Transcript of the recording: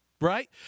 Right